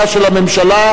מסוימים,